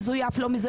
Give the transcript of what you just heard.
מזויף או לא,